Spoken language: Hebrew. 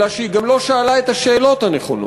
אלא שהיא גם לא שאלה את השאלות הנכונות.